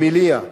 במעיליא,